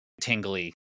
tingly